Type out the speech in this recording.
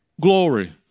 glory